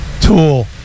Tool